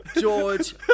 George